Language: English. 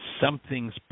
something's